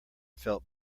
felt